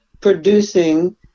producing